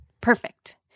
perfect